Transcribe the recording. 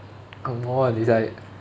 angmoh one it's like